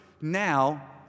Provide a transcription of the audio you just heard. now